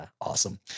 Awesome